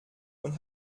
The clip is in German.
und